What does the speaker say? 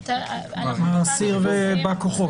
האסיר ובא כוחו.